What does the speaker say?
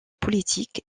politiques